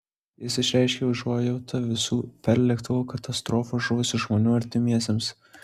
jis išreiškė užuojautą visų per lėktuvo katastrofą žuvusių žmonių artimiesiems